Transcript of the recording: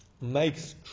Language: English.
makes